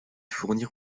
fournir